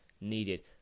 needed